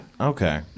Okay